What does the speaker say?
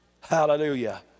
Hallelujah